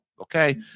Okay